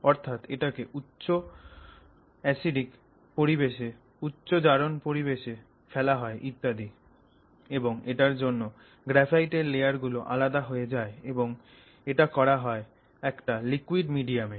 অর্থাৎ এটাকে উচ্চ অম্লীয় পরিবেশ উচ্চ জারণ পরিবেশ এ ফেলা হয় ইত্যাদি এবং এটার জন্য গ্রাফাইটের লেয়ার গুলো আলাদা হয়ে যায় এবং এটা করা হয় একটা লিকুইড মিডিয়ামে